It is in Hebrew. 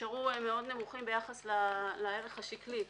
נשארו נמוכים מאוד ביחס לערך השקלי.